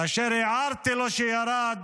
כאשר הערתי לו כשירד